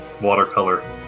watercolor